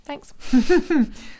thanks